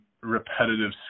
repetitive